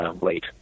late